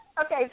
Okay